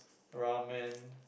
ramen